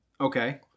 Okay